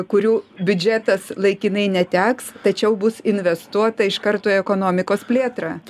kurių biudžetas laikinai neteks tačiau bus investuota iš karto į ekonomikos plėtrą